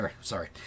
Sorry